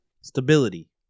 Stability